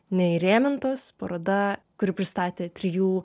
neįrėmintos paroda kuri pristatė trijų